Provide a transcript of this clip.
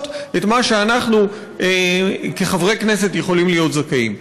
את מה שאנחנו כחברי כנסת יכולים להיות זכאים לו.